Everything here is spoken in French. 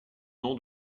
nom